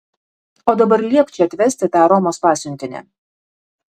o dabar liepk čia atvesti tą romos pasiuntinį